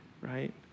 right